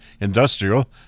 Industrial